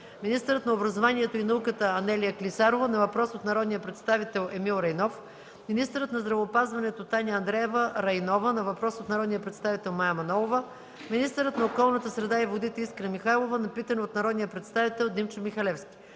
министърът на образованието и науката Анелия Клисарова – на въпрос от народния представител Емил Райнов; - министърът на здравеопазването Таня Андреева-Райнова – на въпрос от народния представител Мая Манолова; - министърът на околната среда и водите Искра Михайлова – на питане от народния представител Димчо Михалевски.